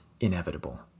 inevitable